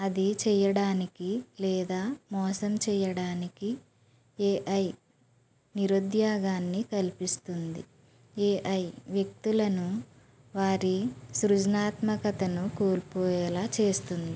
అది చెయ్యడానికి లేదా మోసం చెయ్యడానికి ఏఐ నిరుద్యోగాన్ని కల్పిస్తుంది ఏఐ వ్యక్తులను వారి సృజనాత్మకతను కోల్పోయేలా చేస్తుంది